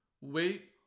Wait